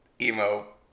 emo